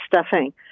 stuffing